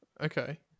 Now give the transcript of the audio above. okay